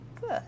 Good